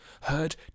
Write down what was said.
heard